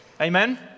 Amen